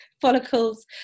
follicles